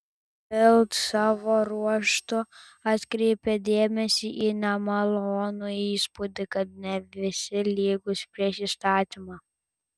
bild savo ruožtu atkreipė dėmesį į nemalonų įspūdį kad ne visi lygūs prieš įstatymą